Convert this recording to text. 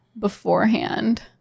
beforehand